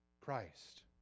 Christ